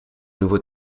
nouveau